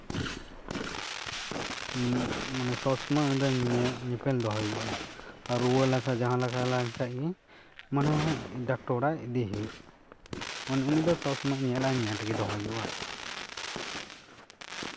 ᱢᱟᱱᱮ ᱥᱚᱵ ᱥᱚᱢᱚᱭ ᱩᱱᱤ ᱫᱚ ᱧᱮᱯᱮᱞ ᱫᱚᱦᱚᱭᱮ ᱦᱩᱭᱩᱜᱼᱟ ᱟᱨ ᱨᱩᱣᱟᱹ ᱞᱮᱱᱠᱷᱟᱱᱜᱮ ᱡᱟᱦᱟᱸᱞᱮᱠᱟ ᱞᱮᱱ ᱠᱷᱟᱡᱜᱮ ᱢᱟᱱᱮ ᱰᱟᱠᱛᱟᱨ ᱚᱲᱟᱜ ᱤᱫᱤᱭᱮ ᱦᱩᱭᱩᱜᱼᱟ ᱢᱟᱱᱮ ᱩᱱᱤ ᱫᱚ ᱥᱚᱵᱥᱚᱢᱚᱭ ᱧᱮᱞ ᱟᱨ ᱧᱮᱞ ᱨᱮᱜᱮ ᱫᱚᱦᱚᱭᱮ ᱦᱩᱭᱩᱜᱼᱟ